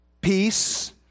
peace